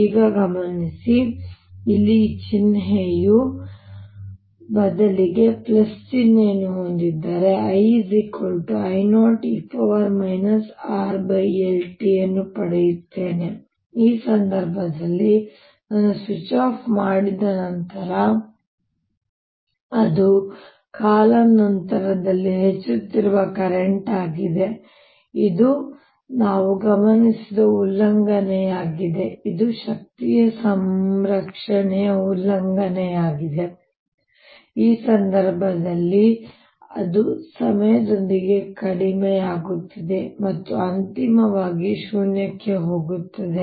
ಈಗ ಗಮನಿಸಿ ಇಲ್ಲಿ ಈ ಚಿಹ್ನೆಯ ಬದಲಿಗೆ ನಾನು ಚಿಹ್ನೆಯನ್ನು ಹೊಂದಿದ್ದರೆ ನಾನು II0e RLt ಅನ್ನು ಪಡೆಯುತ್ತೇನೆ ಈ ಸಂದರ್ಭದಲ್ಲಿ ನಾನು ಸ್ವಿಚ್ ಆಫ್ ಮಾಡಿದ ನಂತರ ಅದು ಕಾಲಾನಂತರದಲ್ಲಿ ಹೆಚ್ಚುತ್ತಿರುವ ಕರೆಂಟ್ ಆಗಿದೆ ಇದು ನಾವು ಗಮನಿಸಿದ ಉಲ್ಲಂಘನೆಯಾಗಿದೆ ಇದು ಶಕ್ತಿಯ ಸಂರಕ್ಷಣೆಯ ಉಲ್ಲಂಘನೆಯಾಗಿದೆ ಈ ಸಂದರ್ಭದಲ್ಲಿ ಅದು ಸಮಯದೊಂದಿಗೆ ಕಡಿಮೆಯಾಗುತ್ತಿದೆ ಮತ್ತು ಅಂತಿಮವಾಗಿ ಶೂನ್ಯಕ್ಕೆ ಹೋಗುತ್ತದೆ